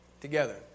Together